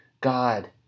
God